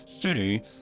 city